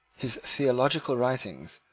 his theological writings,